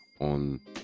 on